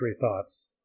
thoughts